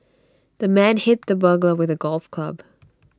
the man hit the burglar with A golf club